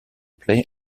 play